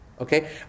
Okay